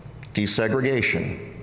desegregation